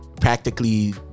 practically